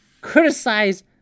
Criticize